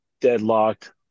deadlocked